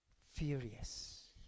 furious